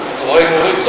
ופיטורי מורים,